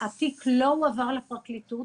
התיק לא הועבר לפרקליטות.